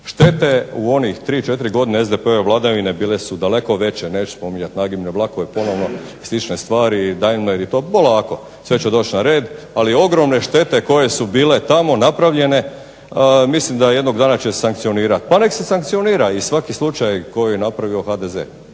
Štete u one 3, 4 godine SDP-ove vladavine bile su daleko veće. Neću spominjati nagibne vlakove ponovno i slične stvari i Daimler i to polako, sve će doći na red. Ali ogromne štete koje su bile tamo napravljene, mislim da će jednog dana sankcionirati. Pa neka se sankcionira i svaki slučaj koji je napravi HDZ,